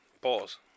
Pause